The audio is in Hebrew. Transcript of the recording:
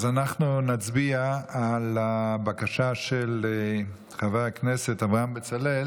אנחנו נצביע על בקשת חבר הכנסת אברהם בצלאל